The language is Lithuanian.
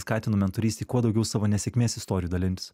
skatinu mentorystėj kuo daugiau savo nesėkmės istorijų dalintis